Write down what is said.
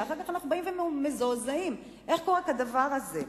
ואחר כך אנחנו מזועזעים איך קורה כדבר הזה.